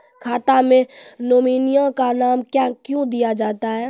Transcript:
खाता मे नोमिनी का नाम क्यो दिया जाता हैं?